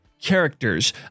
characters